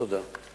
תודה.